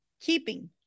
keeping